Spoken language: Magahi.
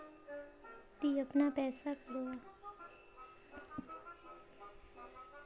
ती अगर कहारो लिकी से खेती ब्याज जेर पोर पैसा दस हजार रुपया लिलो ते वाहक एक महीना नात कतेरी पैसा जमा करवा होबे बे?